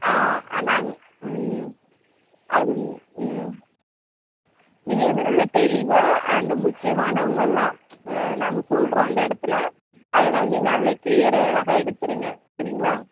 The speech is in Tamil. ஆ நாங்க ம் அங்க ம் நீங்கள் வந்து நல்லா தெளிவாக அந்த முக்கியமானவங்கள்லாம் நாங்கள் சொல்கிறோம் அந்த இடத்துல அதெலாம் வந்து நல்லா க்ளீயராக அழகா எடுத்துருங்க சரிங்களா